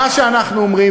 מה שאנחנו אומרים,